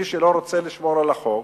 מי שלא רוצה לשמור על החוק,